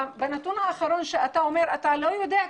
בנתון האחרון שאתה אומר שאתה לא יודע,